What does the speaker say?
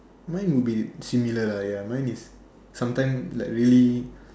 mine would be similar ya mine is sometime like really